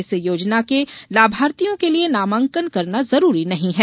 इस योजना के लाभार्थियों के लिये नामांकन करना जरूरी नहीं है